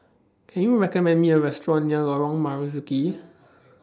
Can YOU recommend Me A Restaurant near Lorong Marzuki